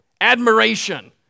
admiration